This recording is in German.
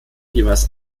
jeweils